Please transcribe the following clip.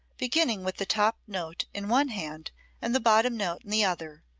beginning with the top note in one hand and the bottom note in the other.